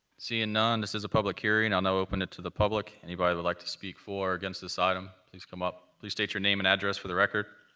seeing none, this is a public hearing. i'll now open it to the public. anybody who would like to speak for or against this item, please come up. please state your name and address for the record.